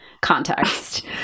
context